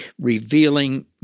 revealing